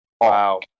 Wow